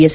S